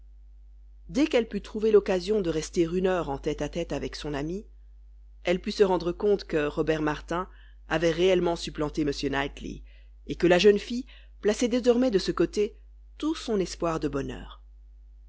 dès qu'elle put trouver l'occasion de rester une heure en tête-à-tête avec son amie elle put se rendre compte que robert martin avait réellement supplanté m knightley et que la jeune fille plaçait désormais de ce côté tout son espoir de bonheur